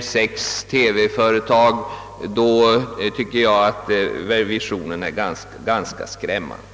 sex framtida privata TV-företag är ganska skrämmande.